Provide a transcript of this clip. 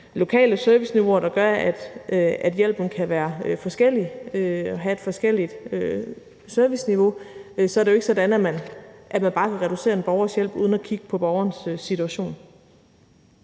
lokale serviceniveauer, der gør, at hjælpen kan være forskellig og have et forskelligt serviceniveau, er det jo ikke sådan, at man bare kan reducere en borgers hjælp uden at kigge på borgerens situation.